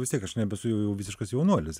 vis tiek aš nebesu jau visiškas jaunuolis